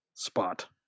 Spot